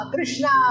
Krishna